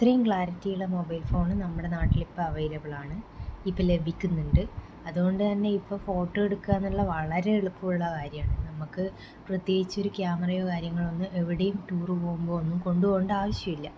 അത്രയും ക്ലാരിറ്റി ഉള്ള mobile phone നമ്മുടെ നാട്ടിൽ ഇപ്പം അവൈലബിൾ ആണ് ഇപ്പോൾ ലഭിക്കുന്നുണ്ട് അതുകൊണ്ടുതന്നെ ഇപ്പോൾ ഫോട്ടോ എടുക്കുക എന്നുള്ളത് വളരെ എളുപ്പമുള്ള കാര്യമാണ് നമുക്ക് പ്രത്യേകിച്ചൊരു ക്യാമറയോ കാര്യങ്ങളോ ഒന്ന് എവിടെയും ടൂർ പോകുമ്പോൾ ഒന്നും കൊണ്ട് പോവേണ്ട ആവശ്യമില്ല